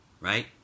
Right